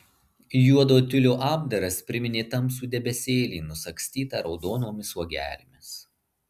juodo tiulio apdaras priminė tamsų debesėlį nusagstytą raudonomis uogelėmis